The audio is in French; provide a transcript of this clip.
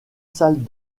salles